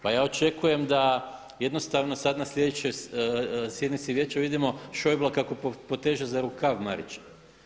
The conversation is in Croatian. Pa ja očekujem da jednostavno sada na sljedećoj sjednici vijeća vidimo Schaeublea kako poteže za rukav Marića.